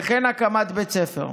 וכן הקמת בית ספר.